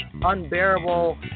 unbearable